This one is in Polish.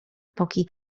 epoki